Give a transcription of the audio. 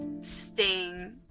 sting